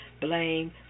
blame